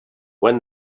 when